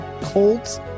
colds